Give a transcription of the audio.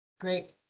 Great